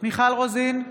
מיכל רוזין,